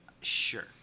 Sure